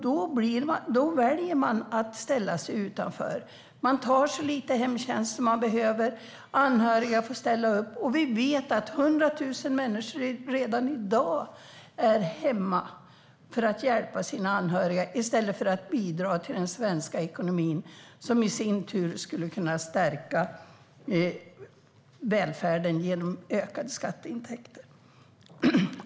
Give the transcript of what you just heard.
Då väljer man att ställa sig utanför. Man tar så lite hemtjänst man behöver. Anhöriga får ställa upp. Vi vet att 100 000 människor redan i dag är hemma för att hjälpa sina anhöriga i stället för att bidra till den svenska ekonomin, som i sin tur skulle kunna stärka välfärden genom att det blir ökade skatteintäkter.